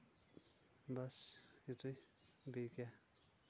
بَس یِتُے بیٚیہِ کیاہ